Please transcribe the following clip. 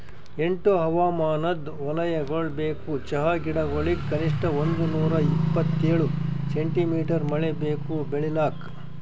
ಎಂಟು ಹವಾಮಾನದ್ ವಲಯಗೊಳ್ ಬೇಕು ಚಹಾ ಗಿಡಗೊಳಿಗ್ ಕನಿಷ್ಠ ಒಂದುನೂರ ಇಪ್ಪತ್ತೇಳು ಸೆಂಟಿಮೀಟರ್ ಮಳೆ ಬೇಕು ಬೆಳಿಲಾಕ್